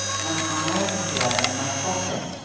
i'm i'm hoping to wear them in my coffin!